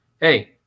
Hey